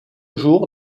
jour